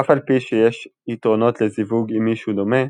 אף על פי שיש יתרונות לזיווג עם מישהו דומה,